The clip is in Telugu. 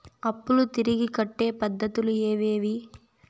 అప్పులు తిరిగి కట్టే పద్ధతులు ఏవేవి